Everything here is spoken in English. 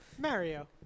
Mario